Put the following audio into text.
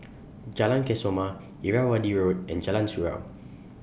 Jalan Kesoma Irrawaddy Road and Jalan Surau